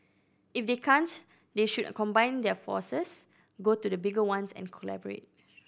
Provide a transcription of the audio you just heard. if they can't they should combine their forces go to the bigger ones and collaborate